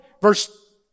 Verse